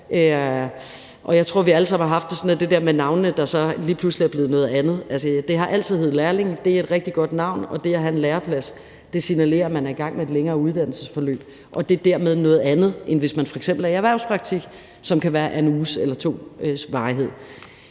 det sådan med det der med navnene, der så lige pludselig er blevet noget andet. Altså, det har altid heddet lærlinge, og det er et rigtig godt navn, og det at have en læreplads signalerer, at man er i gang med et længere uddannelsesforløb, og det er dermed noget andet, end hvis man f.eks. er i erhvervspraktik, som kan være af 1 eller 2 ugers varighed.